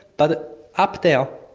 but up there,